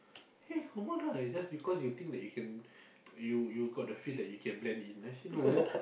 eh come on lah just because you think that you can you you got the feel that you blend in I say no